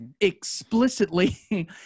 Explicitly